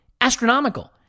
astronomical